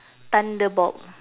thunderbolt